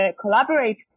Collaborate